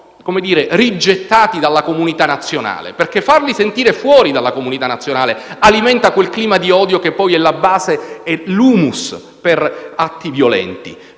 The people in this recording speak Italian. che sono rigettati dalla comunità nazionale. Farli sentire fuori dalla comunità nazionale alimenta quel clima di odio che è poi l'*humus* per atti violenti.